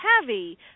heavy